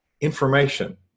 information